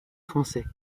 français